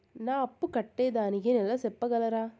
నా అప్పు కట్టేదానికి నెల సెప్పగలరా?